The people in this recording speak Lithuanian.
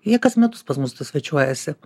jie kas metus pas mus svečiuojasi